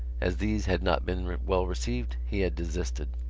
as these had not been well received, he had desisted.